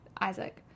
Isaac